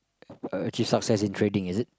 uh achieve success in trading is it